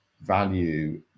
value